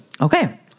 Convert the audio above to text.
Okay